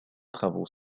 travaux